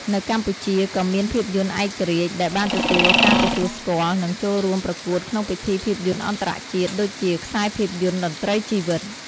នៅកម្ពុជា ក៏មានភាពយន្តឯករាជ្យដែលបានទទួលការទទួលស្គាល់ និងចូលរួមប្រកួតក្នុងពិធីភាពយន្តអន្តរជាតិ ដូចជា ខ្សែភាពយន្ត តន្រ្តីជីវិត។